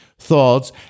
Thoughts